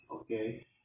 okay